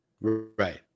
right